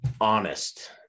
honest